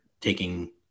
taking